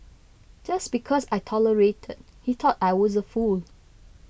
just because I tolerated he thought I was a fool